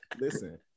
listen